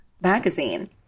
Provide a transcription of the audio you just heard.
magazine